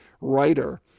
writer